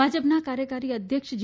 ભાજપના કાર્યકારી અધ્યક્ષ જે